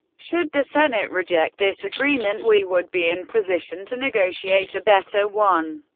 should the senate reject this agreement, we would be in position to negotiate a better one.